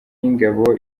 y’ingabo